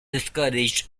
discouraged